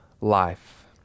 life